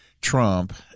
Trump